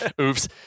oops